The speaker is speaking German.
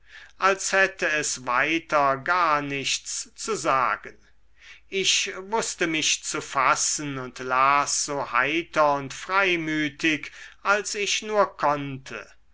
als hätte es weiter gar nichts zu sagen ich wußte mich zu fassen und las so heiter und freimütig als ich nur konnte